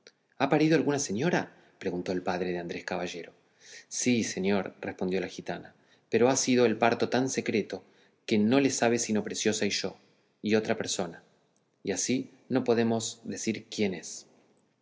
ha parido alguna señora preguntó el padre de andrés caballero sí señor respondió la gitana pero ha sido el parto tan secreto que no le sabe sino preciosa y yo y otra persona y así no podemos decir quién es